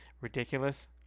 ridiculous